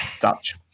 Dutch